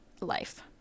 life